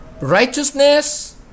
righteousness